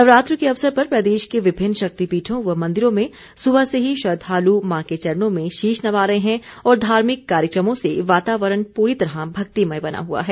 नवरात्र के अवसर पर प्रदेश के विभिन्न शक्तिपीठों व मंदिरों में सुबह से ही श्रद्वालु मां के चरणों में शीश नवा रहे हैं और धार्मिक कार्यक्रमों से वातावरण प्ररी तरह भक्तिमय बना हुआ है